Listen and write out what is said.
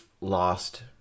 lost